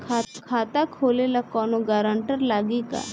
खाता खोले ला कौनो ग्रांटर लागी का?